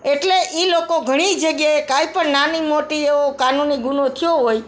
એટલે એ લોકો ઘણી જગ્યાએ કોઇપણ નાની મોટી એવો કાનૂની ગુનો થયો હોય